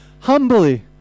humbly